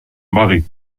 marée